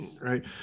Right